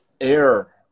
air